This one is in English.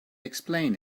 explain